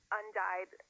undyed